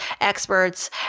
experts